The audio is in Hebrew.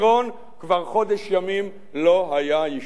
כבר חודש ימים לא היה יישוב כזה על המפה.